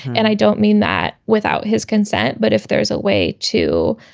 and i don't mean that without his consent. but if there is a way to.